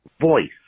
voice